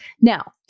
Now